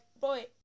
boy